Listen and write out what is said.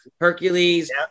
Hercules